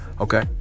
Okay